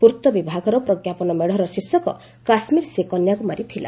ପୂର୍ତ୍ତବିଭାଗର ପ୍ରଜ୍ଞାପନ ମେଡ଼ର ଶୀର୍ଷକ 'କାଶ୍ମୀର୍ ସେ କନ୍ୟାକୁମାରୀ' ଥିଲା